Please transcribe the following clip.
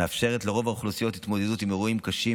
מאפשרת לרוב האוכלוסיות התמודדות עם אירועים קשים